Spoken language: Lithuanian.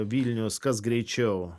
vilnius kas greičiau